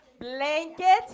blanket